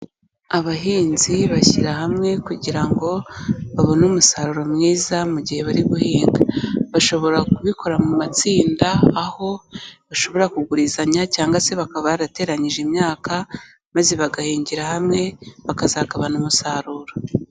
Abahinzi bashyira hamwe kugira ngo babone umusaruro mwiza mu gihe bari guhinga. Bashobora kubikora mu matsinda, aho bashobora kugurizanya cyangwa se bakaba barateranyije imyaka, maze bagahingira hamwe, bakazagabana umusaruro.